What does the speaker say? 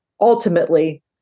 ultimately